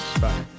Bye